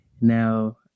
Now